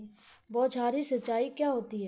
बौछारी सिंचाई क्या होती है?